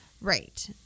Right